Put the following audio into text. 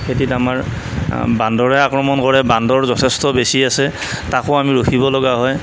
খেতিত আমাৰ বান্দৰে আক্ৰমণ কৰে বান্দৰ যথেষ্ট বেছি আছে তাকো আমি ৰখিব লগা হয়